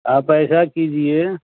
آپ ایسا کیجیے